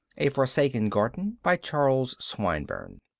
a forsaken garden, by charles swinburne